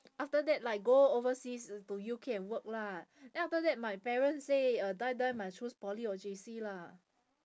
after that like go overseas to U_K and work lah then after that my parents say uh die die must choose poly or J_C lah